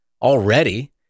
already